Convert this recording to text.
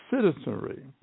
citizenry